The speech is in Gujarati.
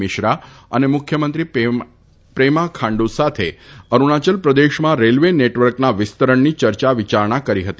મિશ્રા અને મુખ્યમંત્રી પ્રેમા ખાંડુ સાથે અરૂણાયલ પ્રદેશમાં રેલવે નેટવર્કના વિસ્તરણની ચર્ચા વિચારણા કરી હતી